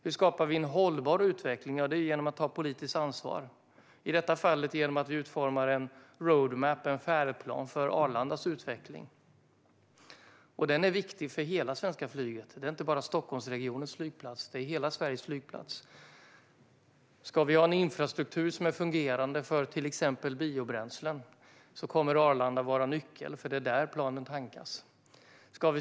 Hur skapar vi en hållbar utveckling? Jo, genom att ta politiskt ansvar, i detta fall genom att utforma en färdplan för Arlandas utveckling. Den utvecklingen är viktig för hela det svenska flyget. Arlanda är inte bara Stockholmsregionens flygplats utan hela Sveriges. Ska vi ha en infrastruktur som är fungerande för till exempel biobränslen kommer Arlanda att vara nyckeln, för det är där planen tankas.